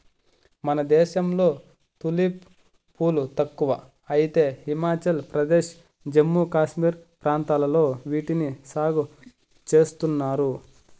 మన దేశంలో తులిప్ పూలు తక్కువ అయితే హిమాచల్ ప్రదేశ్, జమ్మూ కాశ్మీర్ ప్రాంతాలలో వీటిని సాగు చేస్తున్నారు